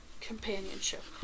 companionship